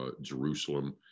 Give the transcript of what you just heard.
Jerusalem